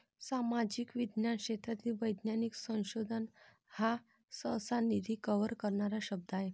सामाजिक विज्ञान क्षेत्रात वैज्ञानिक संशोधन हा सहसा, निधी कव्हर करणारा शब्द आहे